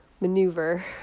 maneuver